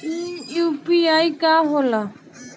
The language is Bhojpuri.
ई यू.पी.आई का होला?